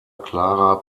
clara